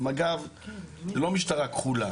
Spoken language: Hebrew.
מג"ב זו לא משטרה כחולה.